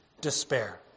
despair